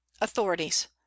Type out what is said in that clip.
authorities